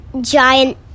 giant